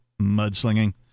mudslinging